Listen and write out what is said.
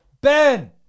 Ben